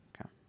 Okay